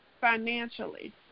financially